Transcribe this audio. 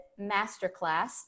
masterclass